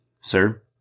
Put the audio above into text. Sir